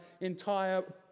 entire